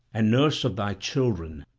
and nurse of thy children,